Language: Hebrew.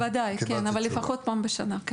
בוודאי, אבל לפחות פעם בשנה.